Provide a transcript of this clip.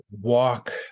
walk